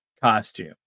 costume